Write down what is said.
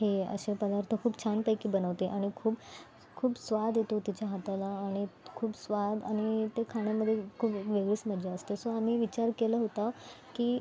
हे असे पदार्थ खूप छानपैकी बनवते आणि खूप खूप स्वाद येतो तिच्या हाताला आणि खूप स्वाद आणि ते खाण्यामध्ये खूप वेग वेगळीच मजा असते सो आम्ही विचार केला होता की